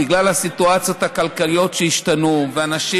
בגלל הסיטואציות הכלכליות שהשתנו אנשים